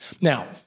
Now